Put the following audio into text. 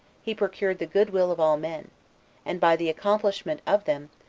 he procured the goodwill of all men and by the accomplishment of them,